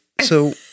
So-